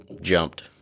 jumped